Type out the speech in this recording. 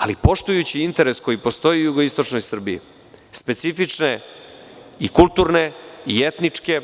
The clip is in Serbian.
Ali, poštujući interes koji postoji u jugoističnoj Srbiji, specifične i kulturne i etničke